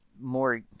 more